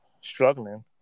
struggling